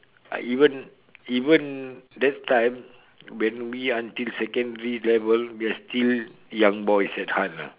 I even even that time when we until secondary level we are still young boys at heart ah